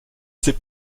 ces